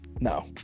No